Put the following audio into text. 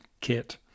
kit